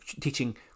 teaching